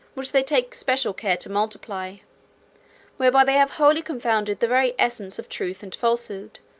which they take special care to multiply whereby they have wholly confounded the very essence of truth and falsehood,